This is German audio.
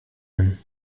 hin